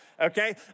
Okay